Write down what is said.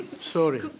sorry